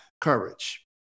courage